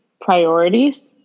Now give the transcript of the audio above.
priorities